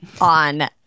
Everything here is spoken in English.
on